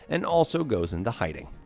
and also goes into hiding.